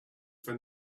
for